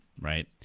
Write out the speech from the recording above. right